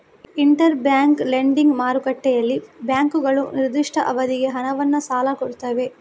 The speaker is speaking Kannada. ಇಂಟರ್ ಬ್ಯಾಂಕ್ ಲೆಂಡಿಂಗ್ ಮಾರುಕಟ್ಟೆಯಲ್ಲಿ ಬ್ಯಾಂಕುಗಳು ನಿರ್ದಿಷ್ಟ ಅವಧಿಗೆ ಹಣವನ್ನ ಸಾಲ ಕೊಡ್ತವೆ